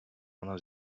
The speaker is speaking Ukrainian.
вона